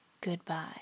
Goodbye